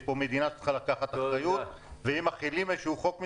יש פה מדינה שצריכה לקחת אחריות ואם מחילים חוק מסוים,